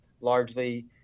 largely